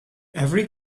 every